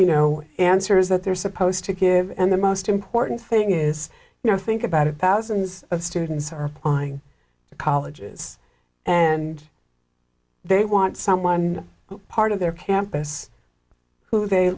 you know answer is that they're supposed to give and the most important thing is you know think about it thousands of students are pointing to colleges and they want someone who part of their campus who they